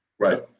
Right